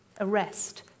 arrest